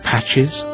patches